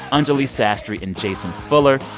anjuli sastry and jason fuller.